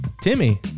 Timmy